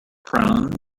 prone